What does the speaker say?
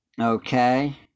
okay